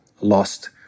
lost